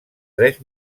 tres